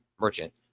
merchant